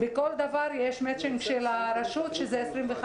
לכל דבר יש מצ'ינג של הרשות - 25%,